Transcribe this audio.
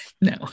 No